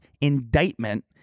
indictment